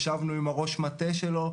ישבנו עם ראש המטה שלו.